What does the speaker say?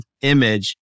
image